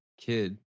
kid